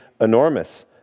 enormous